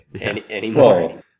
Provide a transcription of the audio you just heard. anymore